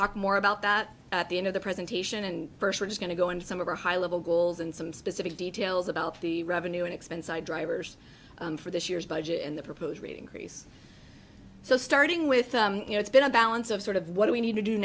talk more about that at the end of the presentation and first we're going to go into some of our high level goals and some specific details about the revenue and expense i drivers for this year's budget and the proposed rate increase so starting with you know it's been a balance of sort of what do we need to do